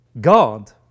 God